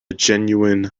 genuine